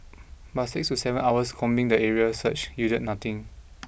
but six to seven hours combing the area search yielded nothing